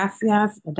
Gracias